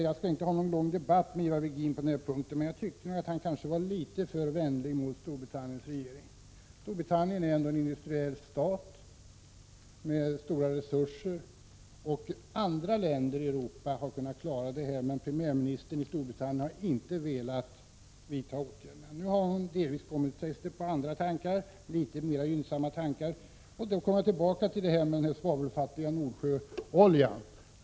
Jag skall inte föra någon lång debatt med Ivar Virgin på denna punkt, men jag tyckte att han kanske var litet för vänlig mot Storbritanniens regering. Storbritannien är ändå en industristat med stora resurser. Andra länder i Europa har kunnat klara detta problem, men premiärministern i Storbritannien har inte velat vidta några åtgärder. Nu sägs det att hon delvis kommit på mer positiva tankar. Jag återkommer då till frågan om den svavelfattiga Nordsjöoljan.